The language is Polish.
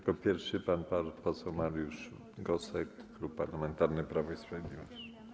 Jako pierwszy pan poseł Mariusz Gosek, Klub Parlamentarny Prawo i Sprawiedliwość.